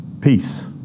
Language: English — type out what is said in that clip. Peace